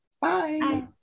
Bye